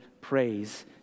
praise